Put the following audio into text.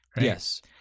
yes